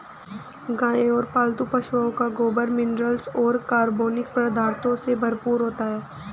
गाय और पालतू पशुओं का गोबर मिनरल्स और कार्बनिक पदार्थों से भरपूर होता है